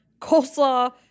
coleslaw